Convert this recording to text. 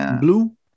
blue